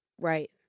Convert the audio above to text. Right